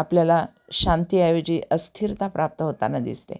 आपल्याला शांतीऐवजी अस्थिरता प्राप्त होताना दिसते